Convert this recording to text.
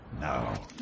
no